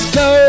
go